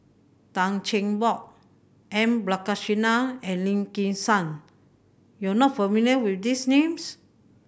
Tan Cheng Bock M Balakrishnan and Lim Kim San you are not familiar with these names